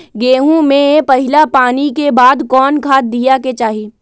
गेंहू में पहिला पानी के बाद कौन खाद दिया के चाही?